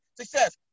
Success